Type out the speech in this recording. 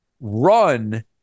run